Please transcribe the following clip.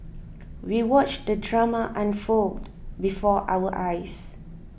we watched the drama unfold before our eyes